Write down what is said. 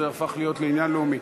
זה הפך להיות עניין לאומי.